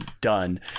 done